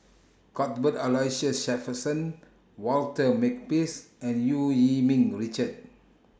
Cuthbert Aloysius Shepherdson Walter Makepeace and EU Yee Ming Richard